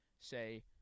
say